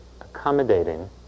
accommodating